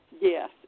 Yes